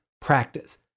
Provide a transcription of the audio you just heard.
practice